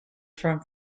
from